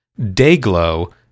Dayglow